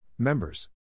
Members